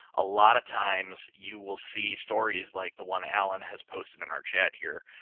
a lot of times you will see stories like the one alan has posted in our chat here.